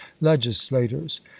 legislators